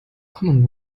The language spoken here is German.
common